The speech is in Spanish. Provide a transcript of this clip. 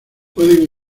pueden